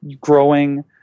growing